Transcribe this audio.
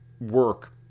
work